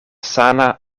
sana